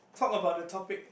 talk about the topic